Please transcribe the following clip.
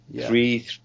three